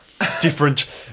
different